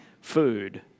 food